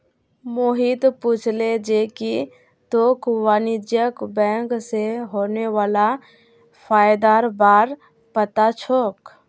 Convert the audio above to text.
मोहित पूछले जे की तोक वाणिज्यिक बैंक स होने वाला फयदार बार पता छोक